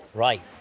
Right